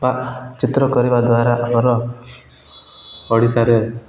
ବା ଚିତ୍ର କରିବା ଦ୍ୱାରା ଆମର ଓଡ଼ିଶାରେ